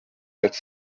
quatre